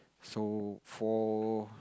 so for